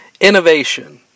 innovation